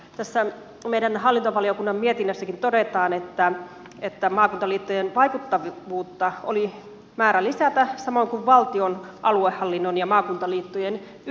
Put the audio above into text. tässä meidän hallintovaliokunnan mietinnössäkin todetaan että maakuntaliittojen vaikuttavuutta oli määrä lisätä samoin kuin valtion aluehallinnon ja maakuntaliittojen yhteistyötä